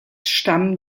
stammen